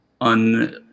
On